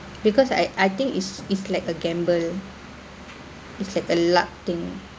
because I I think it's it's like a gamble it's like a luck thing